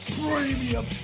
premium